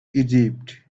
egypt